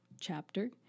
chapter